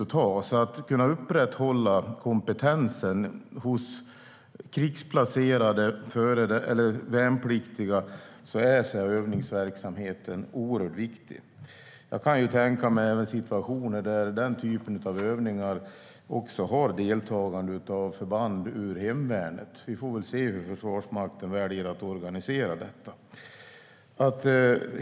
För att upprätthålla kompetensen hos krigsplacerade värnpliktiga är övningsverksamheten oerhört viktig. Jag kan tänka mig situationer där den typen av övningar har deltagande av förband ur hemvärnet. Vi får väl se hur Försvarsmakten väljer att organisera detta.